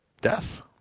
death